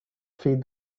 feed